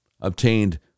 obtained